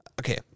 okay